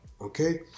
okay